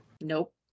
Nope